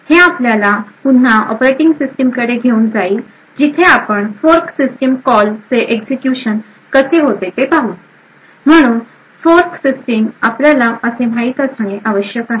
हे आपल्याला पुन्हा ऑपरेटिंग सिस्टिम कडे घेऊन जाईल जिथे आपण फोर्क सिस्टिम कॉल चे एक्झिक्युशन कसे होते ते पाहू म्हणून फोर्क सिस्टिम आपल्याला असे माहित असणे आवश्यक आहे